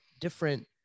different